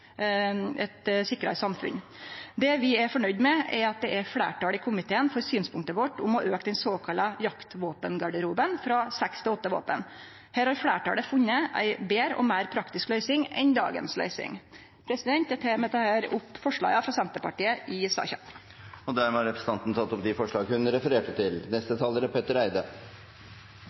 samfunn. Det vi er fornøgde med, er at det er fleirtal i komiteen for synspunktet vårt om å auke den såkalla jaktvåpengarderoben frå seks til åtte våpen. Her har fleirtalet funne ei betre og meir praktisk løysing enn dagens løysing. Eg tek med dette opp forslaga frå Senterpartiet i saka. Representanten Jenny Klinge har tatt opp de forslagene hun refererte til. Takk for at vi får diskutert en ny våpenlov, som SV stort sett er